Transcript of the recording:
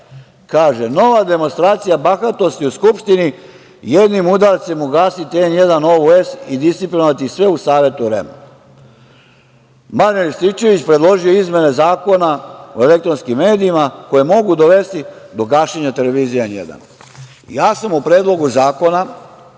– nova demonstracija bahatosti u Skupštini. Jednim udarcem ugasite „N1“, „Novu S“ i disciplinovati sve u Savetu u REM-a.„Marijan Rističević predložio izmene Zakona o elektronskim medijima koje mogu dovesti do gašenja televizije „N1“. Ja sam u predlogu zakona